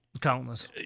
Countless